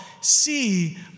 see